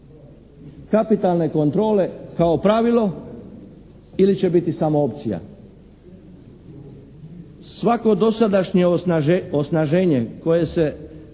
kapitalne kontrole kao pravilo ili će biti samo opcija? Svako dosadašnje osnaženje koje se